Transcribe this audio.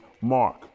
Mark